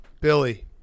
Billy